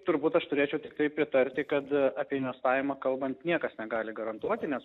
turbūt aš turėčiau tiktai pritarti kad apie investavimą kalbant niekas negali garantuoti nes